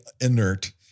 inert